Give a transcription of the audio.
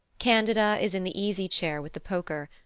candida is in the easy chair with the poker,